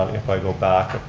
if i go back a